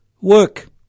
work